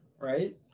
right